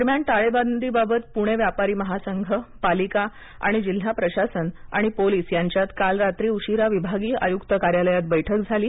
दरम्यान टाळेबदीबाबत पुणे व्यापारी महासंघ पालिका आणि जिल्हा प्रशासन आणि पोलिस यांच्यात काल रात्री उशीरा विभागीय आयुक्त कार्यालयात बैठक झाली